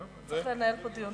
צריך לנהל פה דיון תרבותי.